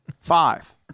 Five